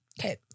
Okay